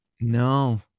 No